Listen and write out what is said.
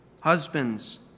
husbands